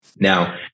Now